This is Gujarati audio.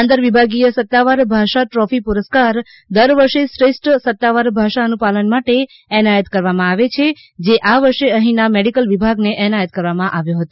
આંતર વિભાગીય સત્તાવાર ભાષા દ્રોફી પુરસ્કાર દર વર્ષે શ્રેષ્ઠ સત્તાવાર ભાષા અનુપાલન માટે એનાયત કરવામાં આવે છે જે આ વર્ષે અહીંના મેડિકલ વિભાગ ને એનાયત કરવામાં આવ્યો હતો